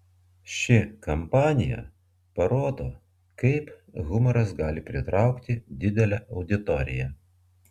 ši kampanija parodo kaip humoras gali pritraukti didelę auditoriją